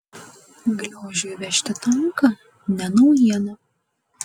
gliožiui vežti tanką ne naujiena